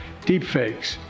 deepfakes